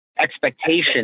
expectation